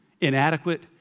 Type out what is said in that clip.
inadequate